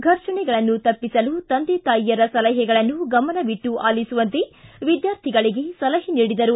ಫರ್ಷಣೆಗಳನ್ನು ತಪ್ಪಿಸಲು ತಂದೆ ತಾಯಿಯರ ಸಲಹೆಗಳನ್ನು ಗಮನವಿಟ್ಟು ಆಲಿಸುವಂತೆ ವಿದ್ಯಾರ್ಥಿಗಳಿಗೆ ಸಲಹೆ ನೀಡಿದರು